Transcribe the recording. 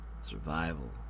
survival